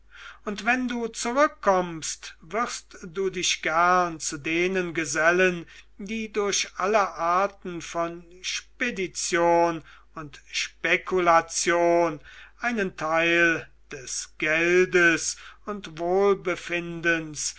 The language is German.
und wenn du zurückkommst wirst du dich gern zu denen gesellen die durch alle arten von spedition und spekulation einen teil des geldes und wohlbefindens